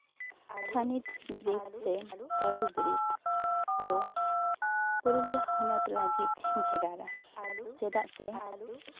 ᱛᱷᱟᱹᱱᱤᱛ ᱵᱤᱨᱤᱫ ᱥᱮ ᱠᱟᱹᱨᱩ ᱵᱤᱨᱤᱫᱽ ᱫᱚ ᱯᱩᱨᱩᱞᱤᱭᱟᱹ ᱦᱚᱱᱚᱛ ᱞᱟᱹᱜᱤᱫ ᱵᱷᱮᱜᱟ ᱨᱟ ᱪᱮᱫᱟᱜ ᱥᱮ